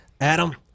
Adam